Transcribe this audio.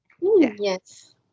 yes